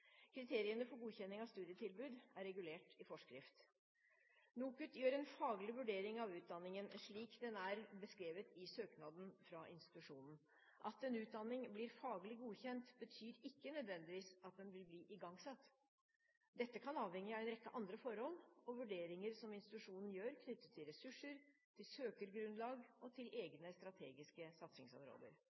Kriteriene for godkjenning av studietilbud er regulert i forskrift. NOKUT gjør en faglig vurdering av utdanningen slik den er beskrevet i søknaden fra institusjonen. At en utdanning blir faglig godkjent, betyr ikke nødvendigvis at den vil bli igangsatt. Dette kan avhenge av en rekke andre forhold og vurderinger som institusjonen gjør, knyttet til ressurser, til søkergrunnlag og til egne strategiske satsingsområder.